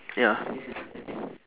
ya